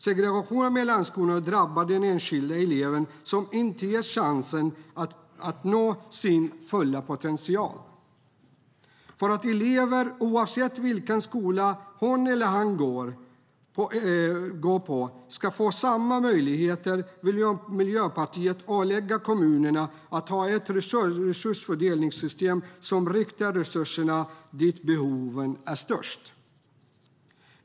Segregationen mellan skolorna drabbar den enskilda eleven, som inte ges chansen att nå sin fulla potential. För att alla elever, oavsett vilken skola hon eller han går på, ska få samma möjligheter vill Miljöpartiet ålägga kommunerna att ha ett resursfördelningssystem som riktar resurserna dit behoven är störst.